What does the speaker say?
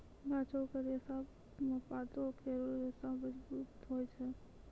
गाछो क रेशा म पातो केरो रेशा मजबूत होय छै